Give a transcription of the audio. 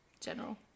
general